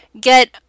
get